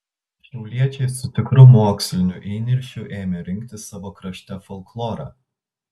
šiauliečiai su tikru moksliniu įniršiu ėmė rinkti savo krašte folklorą